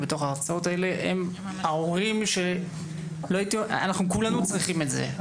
ובתוך ההרצאות האלה אנחנו כולנו צריכים את זה.